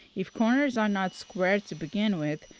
if corners are not square to begin with,